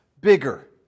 bigger